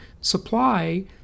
supply